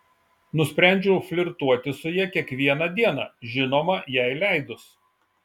nusprendžiau flirtuoti su ja kiekvieną dieną žinoma jai leidus